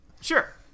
sure